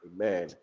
Amen